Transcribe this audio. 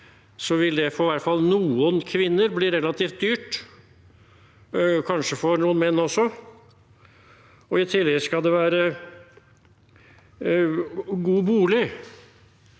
vil det for i hvert fall noen kvinner bli relativt dyrt, kanskje for noen menn også. I tillegg skal det være en god bolig.